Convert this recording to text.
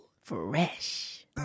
Fresh